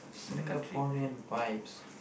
Singaporean vibes